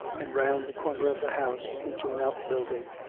and round the corner of the house into an out-building,